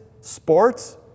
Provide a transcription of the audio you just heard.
sports